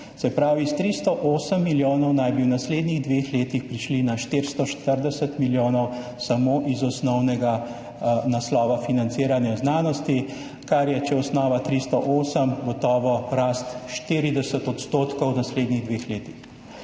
Se pravi, iz 308 milijonov naj bi v naslednjih dveh letih prišli na 440 milijonov samo iz osnovnega naslova financiranja znanosti, kar je, če je osnova 308, gotovo 40-odstotna rast v naslednjih dveh letih.